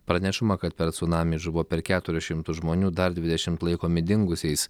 pranešama kad per cunamį žuvo per keturis šimtus žmonių dar dvidešimt laikomi dingusiais